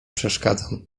przeszkadzam